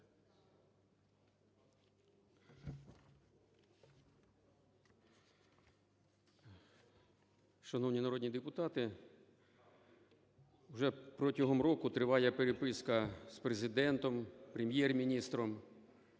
Шановні народні депутати, вже протягом року триває переписка з Президентом, Прем’єр-міністром